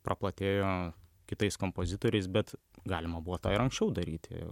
praplatėjo kitais kompozitoriais bet galima buvo tą ir anksčiau daryti